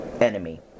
enemy